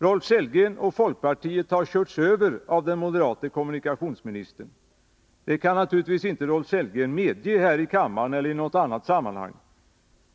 Rolf Sellgren och folkpartiet har körts över av den moderate kommunikationsministern. Det kan naturligtvis inte Rolf Sellgren medge här i kammaren eller i något annat sammanhang.